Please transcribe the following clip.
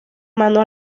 mano